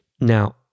Now